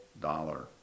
dollar